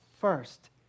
first